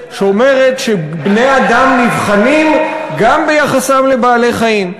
שבני-אדם נבחנים גם ביחסם לבעלי-חיים.